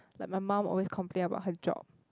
like my mum always complain about her job